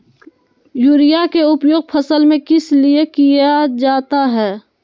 Urea के उपयोग फसल में किस लिए किया जाता है?